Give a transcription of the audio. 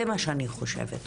זה מה שאני חושבת.